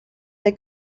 they